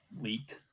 leaked